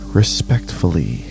respectfully